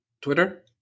Twitter